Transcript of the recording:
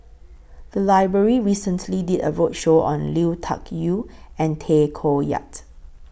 The Library recently did A roadshow on Lui Tuck Yew and Tay Koh Yat